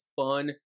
fun